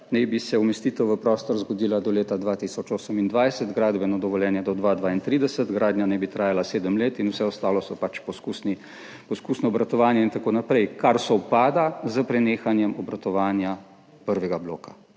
naj bi se umestitev v prostor zgodila do leta 2028, gradbeno dovoljenje do 2032, gradnja naj bi trajala sedem let in vse ostalo je pač poskusno obratovanje in tako naprej, kar sovpada s prenehanjem obratovanja prvega bloka.